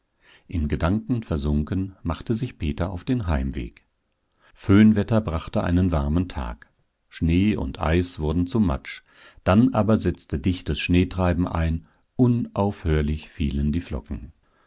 in gedanken versunken machte sich peter auf den heimweg föhnwetter brachte einen warmen tag schnee und eis wurden zu matsch dann aber setzte dichtes schneetreiben ein unaufhörlich fielen die flocken